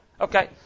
okay